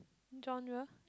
genre